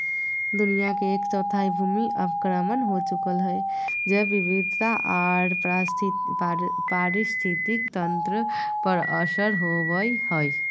दुनिया के एक चौथाई भूमि अवक्रमण हो चुकल हई, जैव विविधता आर पारिस्थितिक तंत्र पर असर होवई हई